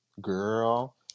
Girl